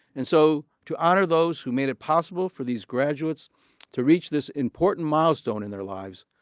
and so to honor those who made it possible for these graduates to reach this important milestone in their lives,